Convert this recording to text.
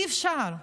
אי-אפשר.